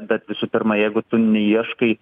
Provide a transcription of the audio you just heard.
bet visų pirma jeigu tu neieškai